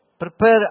prepare